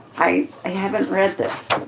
i haven't read this.